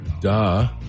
Duh